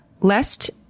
Lest